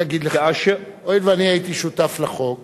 אני אגיד לך, הואיל ואני הייתי שותף לחוק,